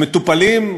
שמטופלים,